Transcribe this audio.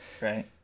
Right